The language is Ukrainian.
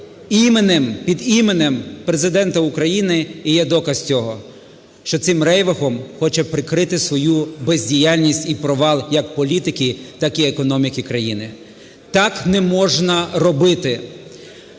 іменем, під іменем Президента України, і є доказ цього, що цим рейвахом хоче прикрити свою бездіяльність і провал як політики, так і економіки країни. Так не можна робити!